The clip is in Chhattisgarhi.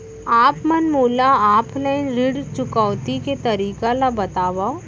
आप मन मोला ऑफलाइन ऋण चुकौती के तरीका ल बतावव?